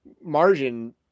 margin